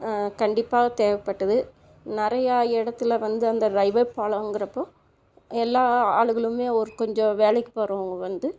கண்டிப்பாக தேவைப்பட்டது நிறையா இடத்துல வந்து அந்த ரயில்வே பாலங்கிறப்போது எல்லா ஆட்களுமே ஒரு கொஞ்சம் வேலைக்கு போகிறவங்க வந்து